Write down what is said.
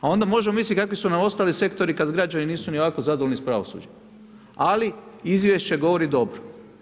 A onda možemo misliti kakvi su nam ostali sektori kada građani nisu ni ovako zadovoljni sa pravosuđem, ali izvješće govori dobro.